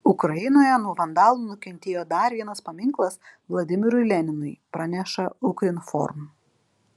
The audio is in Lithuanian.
ukrainoje nuo vandalų nukentėjo dar vienas paminklas vladimirui leninui praneša ukrinform